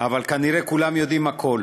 אבל כנראה כולם יודעים הכול,